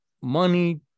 money